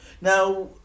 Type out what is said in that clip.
Now